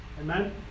Amen